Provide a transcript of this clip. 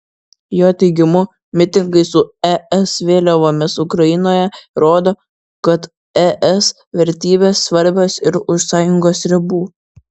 jo teigimu mitingai su es vėliavomis ukrainoje rodo kad es vertybės svarbios ir už sąjungos ribų